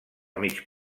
mig